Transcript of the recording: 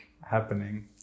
happening